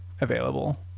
available